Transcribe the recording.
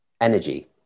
energy